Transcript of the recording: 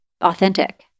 authentic